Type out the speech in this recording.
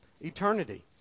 eternity